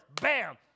bam